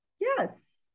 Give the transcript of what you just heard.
Yes